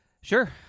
Sure